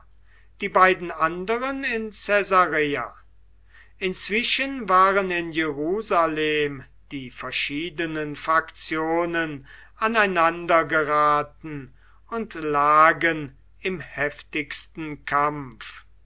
die beiden anderen in caesarea inzwischen waren in jerusalem die verschiedenen faktionen aneinandergeraten und lagen im heftigsten kampf